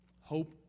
Hope